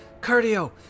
cardio